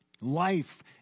Life